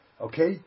Okay